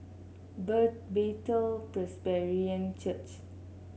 Bethel Presbyterian Church